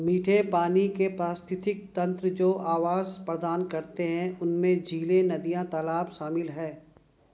मीठे पानी के पारिस्थितिक तंत्र जो आवास प्रदान करते हैं उनमें झीलें, नदियाँ, तालाब शामिल हैं